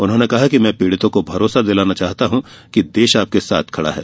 उन्होंने कहा कि मैं पीड़ितों को भरोसा दिलाना चाहता हूं कि देश आपके साथ खडा है